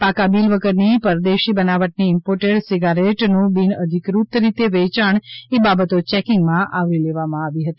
પાકા બીલ વગરની પરદેશી બનાવટની ઈમ્પોટેડ સિગારેટનું બિન અધિકૃતરીતે વેચાણ એ બાબતો ચેકિંગમાં આવરી લેવામાં આવી હતી